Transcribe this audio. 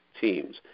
teams